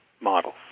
models